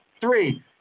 Three